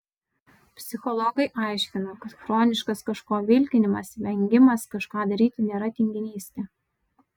psichologai aiškina kad chroniškas kažko vilkinimas vengimas kažką daryti nėra tinginystė